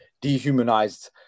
dehumanized